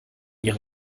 ihre